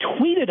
tweeted